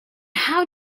how